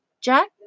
Jack